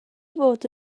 fod